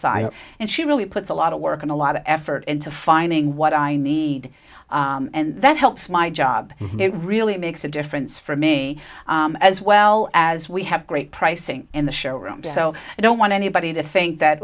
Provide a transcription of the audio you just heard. size and she really puts a lot of work and a lot of effort into finding what i need and that helps my job it really makes a difference for me as well as we have great pricing in the showroom so i don't want anybody to think that